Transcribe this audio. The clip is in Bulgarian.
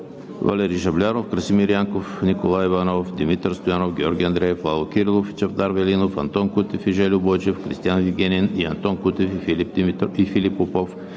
Валери Жаблянов, Красимир Янков, Николай Иванов, Димитър Стоянов, Георги Андреев, Лало Кирилов и Чавдар Велинов; Антон Кутев и Жельо Бойчев; Кристиан Вигенин; и Антон Кутев и Филип Попов